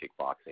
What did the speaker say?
kickboxing